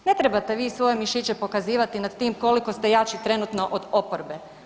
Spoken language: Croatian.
Ne trebate vi svoje mišiće pokazivati nas tim koliko ste jači trenutno od oporbe.